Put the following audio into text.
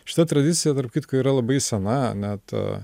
šita tradicija tarp kitko yra labai sena net